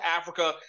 Africa